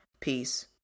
Peace